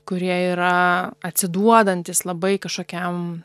kurie yra atsiduodantys labai kažkokiam